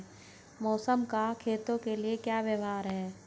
मौसम का खेतों के लिये क्या व्यवहार है?